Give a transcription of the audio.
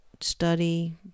study